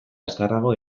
azkarrago